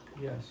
Yes